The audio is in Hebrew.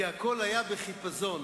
כי הכול היה בחיפזון.